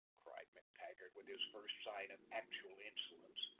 cried mactaggart, with his first sign of actual insolence,